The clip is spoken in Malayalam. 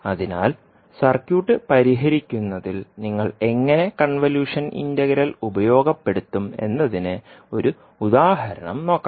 അതിനാൽ സർക്യൂട്ട് പരിഹരിക്കുന്നതിൽ നിങ്ങൾ എങ്ങനെ കൺവല്യൂഷൻ ഇന്റഗ്രൽ ഉപയോഗപ്പെടുത്തും എന്നതിന് ഒരു ഉദാഹരണം നോക്കാം